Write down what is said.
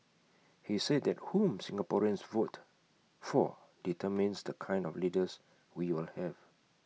he said that whom Singaporeans vote for determines the kind of leaders we will have